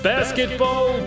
Basketball